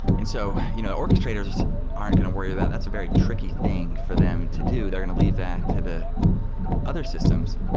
and so you know orchestrators aren't going to worry of that. that's a very tricky thing for them to do. they're going to leave that to the other systems.